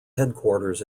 headquarters